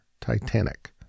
Titanic